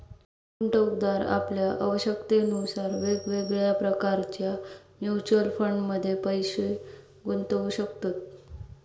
गुंतवणूकदार आपल्या आवश्यकतेनुसार वेगवेगळ्या प्रकारच्या म्युच्युअल फंडमध्ये पैशे गुंतवू शकतत